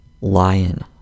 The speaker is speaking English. Lion